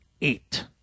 eight